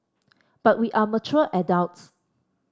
but we are mature adults